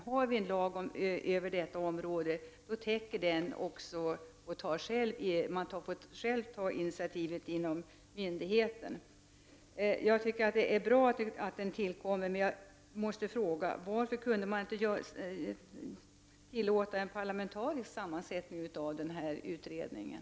Har vi en lag över detta område, innebär det att myndigheten själv får ta initiativet. Jag tycker att det är bra att denna utredning skall tillkomma. Men varför kan man inte tillåta en parlamentarisk sammansättning av utredningen?